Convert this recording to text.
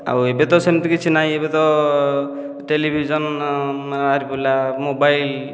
ଆଉ ଏବେ ତ ସେମିତି କିଛି ନାହିଁ ଏବେ ତ ଟେଲିଭିଜନ ବାହାରି ପଡ଼ିଲା ମୋବାଇଲ